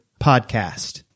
PODCAST